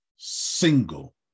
single